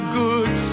good